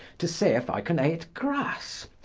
to see if i can eate grasse,